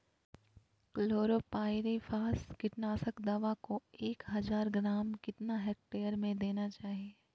Chlorpyrifos कीटनाशक दवा को एक हज़ार ग्राम कितना हेक्टेयर में देना चाहिए?